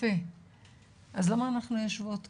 אז למה אנחנו יושבות כאן?